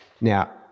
Now